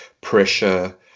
pressure